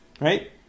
Right